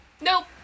Nope